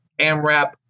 AMRAP